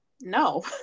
no